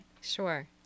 Sure